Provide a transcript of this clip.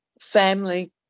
family